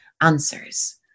answers